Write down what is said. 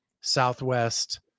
southwest